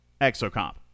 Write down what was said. Exocomp